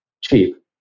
cheap